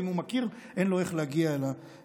ואם הוא מכיר, אין לו איך להגיע אל מיצוין.